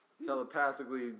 Telepathically